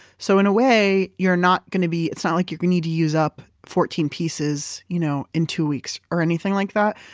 so, in a way, you're not going to be. it's not like you're going to need to use up fourteen pieces you know in two weeks or anything like that.